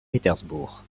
pétersbourg